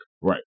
Right